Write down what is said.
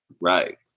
Right